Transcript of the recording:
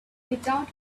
without